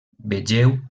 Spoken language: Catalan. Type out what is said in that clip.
vegeu